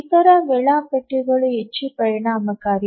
ಇತರ ವೇಳಾಪಟ್ಟಿಗಳು ಹೆಚ್ಚು ಪರಿಣಾಮಕಾರಿ